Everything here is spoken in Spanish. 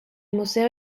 museo